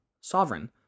sovereign